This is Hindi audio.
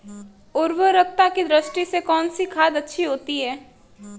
उर्वरकता की दृष्टि से कौनसी खाद अच्छी होती है?